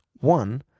One